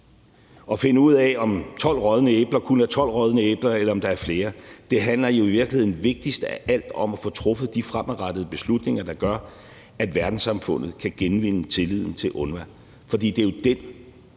og finde ud af, om 12 rådne æbler kun er 12 rådne æbler, eller om der er flere. Det handler jo i virkeligheden vigtigst af alt om at få truffet de fremadrettede beslutninger, der gør, at verdenssamfundet kan genvinde tilliden til UNRWA, for det er jo den,